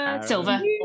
Silver